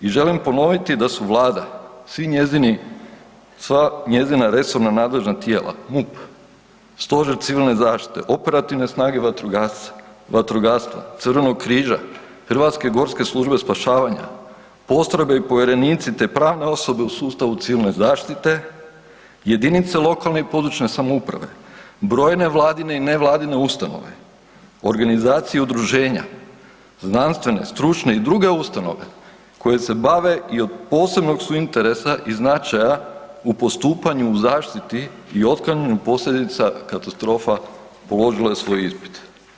I želim ponoviti da su Vlada, svi njezini, sva njezina resorna nadležna tijela MUP, Stožer civilne zaštite, operativne snage vatrogastva, Crvenog križa, Hrvatske gorske službe spašavanja, postrojbe i povjerenici te pravne osobe u sustavu civilne zaštite, jedinice lokalne i područne samouprave, brojne Vladine i nevladine ustanove, organizacije i udruženja, znanstvene, stručne i druge ustanove koje se bave i od posebnog su interesa i značaja u postupanju u zaštitit i otklanjanju posljedica katastrofa položile svoj ispit.